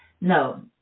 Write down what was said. No